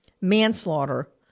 manslaughter